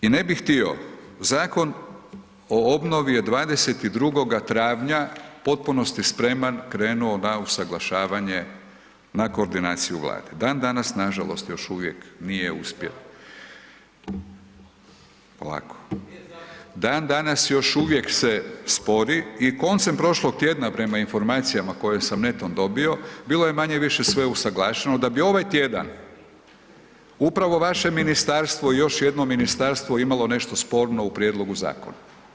I ne bi htio Zakon o obnovi je 22.travnja u potpunosti spreman krenuo na usaglašavanje na koordinaciju Vlade, dan danas nažalost još uvijek nije uspjelo, dan danas se još uvijek se spori i koncem prošlog tjedna prema informacijama koje sam netom dobio, bilo je manje-više sve usuglašeno, da bi ovaj tjedan upravo vaše ministarstvo i još jedno ministarstvo imalo nešto sporno u prijedlogu zakona.